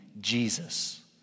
Jesus